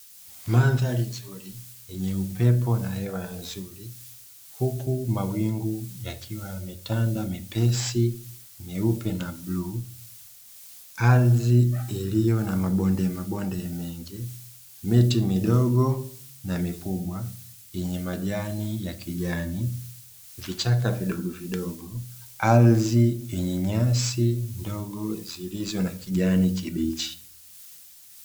Mandhari nzuri yenye upepo na hewa nzuri, huku mawingu yakiwa yametanda mepesi, meupe na bluu. Ardhi iliyo na mabonde mabonde mengi, miti midogo na mikubwa yenye majani ya kijani, vichaka vidogovidogo, ardhi yenye nyasi ndogo zilizo na kijani kibichi.